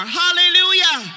hallelujah